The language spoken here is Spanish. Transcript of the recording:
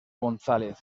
gonzález